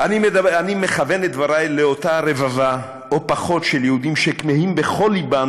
אני מכוון את דבריי לאותה רבבה או פחות של יהודים שכמהים בכל ליבם